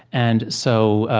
and so,